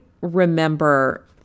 remember